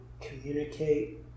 communicate